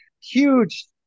huge